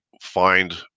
find